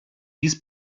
dies